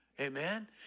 Amen